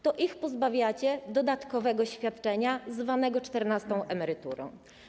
To ich pozbawiacie dodatkowego świadczenia zwanego czternastą emeryturą.